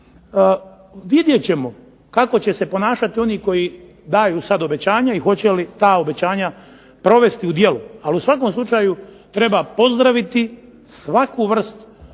vidjet ćemo kako će se ponašati oni koji daju sada obećanja i hoće li ta obećanja provesti u djelo. Ali u svakom slučaju treba pozdraviti svaku vrst